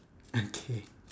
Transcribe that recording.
okay